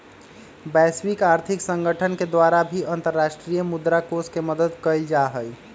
वैश्विक आर्थिक संगठन के द्वारा भी अन्तर्राष्ट्रीय मुद्रा कोष के मदद कइल जाहई